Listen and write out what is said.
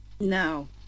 No